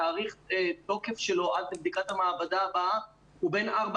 תאריך התוקף שלו עד לבדיקת המעבדה הבאה הוא בין ארבע